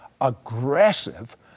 aggressive